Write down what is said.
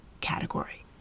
category